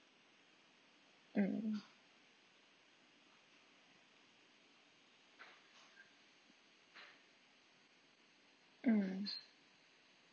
mm mm